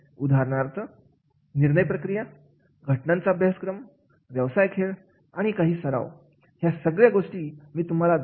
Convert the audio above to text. उदाहरणार्थ निर्णय प्रक्रिया घटनांचा अभ्यासक्रम व्यवसाय खेळ काही सराव ह्या सगळ्या गोष्टी मी तुम्हाला दाखवणार